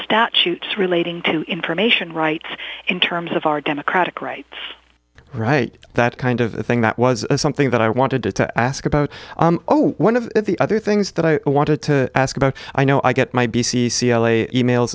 statutes relating to information rights in terms of our democratic rights right that kind of thing that was something that i wanted to ask about oh one of the other things that i wanted to ask about i know i get my b c c l a e mails